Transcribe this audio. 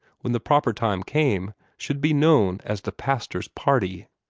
when the proper time came, should be known as the pastor's party.